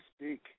speak